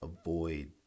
avoid